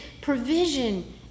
provision